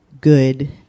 good